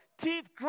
teeth